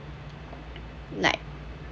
like